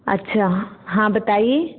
अच्छा हाँ बताइए